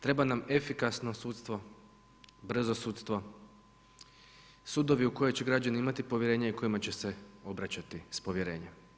Treba nam efikasno sudstvo, brzo sudstvo, sudovi u koje će građani imati povjerenje i kojima će se obraćati s povjerenjem.